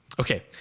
Okay